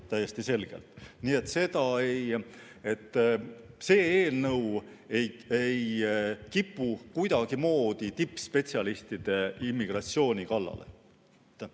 täiesti selgelt. Nii et see eelnõu ei kipu kuidagimoodi tippspetsialistide immigratsiooni kallale.